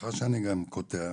סליחה שאני גם קוטע.